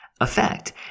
effect